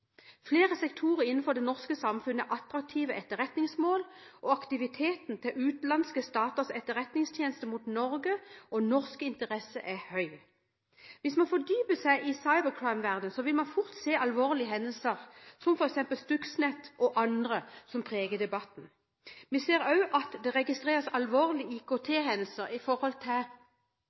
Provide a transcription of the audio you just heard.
Flere sektorer innenfor det norske samfunnet er attraktive etterretningsmål, og aktiviteten til utenlandske staters etterretningstjenester er høy mot Norge og norske interesser. Hvis man fordyper seg i cyberkrimverdenen, vil man fort se alvorlige hendelser, som f.eks. Stux Net og andre, som preger debatten. Vi ser også at det registreres alvorlige IKT-hendelser i